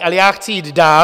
Ale já chci jít dál.